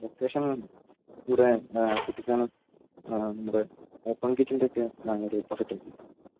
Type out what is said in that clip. location ഇവിടെ കുട്ടിക്കാനം നമ്മുടെ open കിച്ചൺൻ്റെയൊക്കെ ഒരോപ്പസിറ്റായിട്ട് വരും